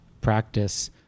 practice